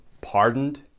pardoned